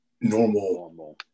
normal